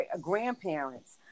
grandparents